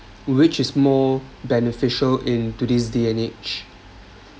which is more beneficial in today's day and age